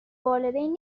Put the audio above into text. والدین